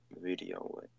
Video